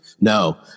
no